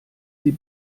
sie